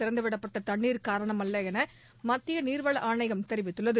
திறந்துவிடப்பட்ட தண்ணீர் காரணமல்ல என மத்திய நீர்வள ஆணையம் தெரிவித்துள்ளது